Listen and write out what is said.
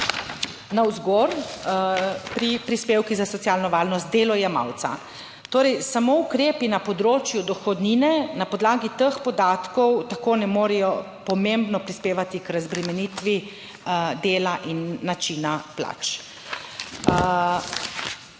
navzgor pri prispevkih za socialno varnost delojemalca. Torej, samo ukrepi na področju dohodnine na podlagi teh podatkov tako ne morejo pomembno prispevati k razbremenitvi dela in načina plač.